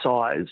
size